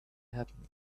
happening